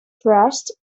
thrust